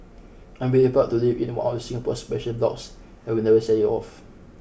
I'm very proud to live in one of Singapore's special blocks and will never sell it off